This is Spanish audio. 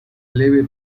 leve